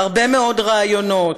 והרבה מאוד רעיונות,